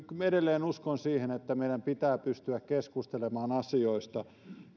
edelleen uskon siihen että meidän pitää pystyä keskustelemaan asioista